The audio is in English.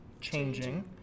changing